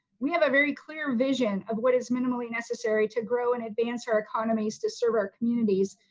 we have a very clear vision of what is minimally necessary to grow and advance our economies to serve our communities,